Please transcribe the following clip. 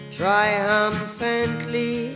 triumphantly